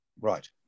right